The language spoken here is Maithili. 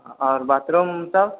आओर बाथरूम सब